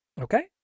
okay